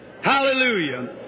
Hallelujah